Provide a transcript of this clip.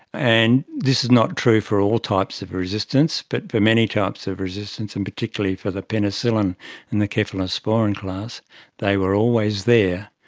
and this is not true for all types of resistance, but for many types of resistance and particularly for the penicillin and the cephalosporin class they were always there.